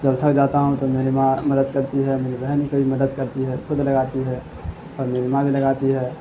جب تھک جاتا ہوں تو میری ماں مدد کرتی ہے میری بہن بھی تھوری مدد کرتی ہے خود لگاتی ہے اور میری ماں بھی لگاتی ہے